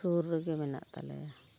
ᱥᱩᱨ ᱨᱮᱜᱮ ᱢᱮᱱᱟᱜ ᱛᱟᱞᱮᱭᱟ